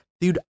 Dude